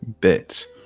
bits